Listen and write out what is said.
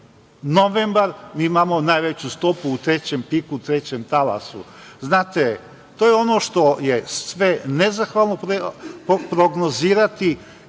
novembar, mi imamo najveću stopu u trećem piku, u trećem talasu. Znate, to je ono što je sve nezahvalno prognozirati